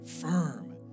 firm